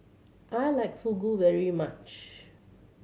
I like Fugu very much